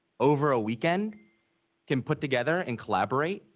over a weekend can put together and collaborate?